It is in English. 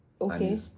okay